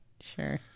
sure